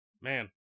man